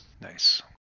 Nice